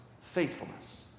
faithfulness